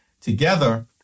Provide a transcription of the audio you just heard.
together